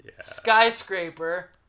Skyscraper